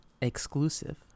exclusive